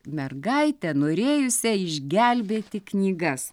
mergaitę norėjusią išgelbėti knygas